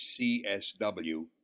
CSW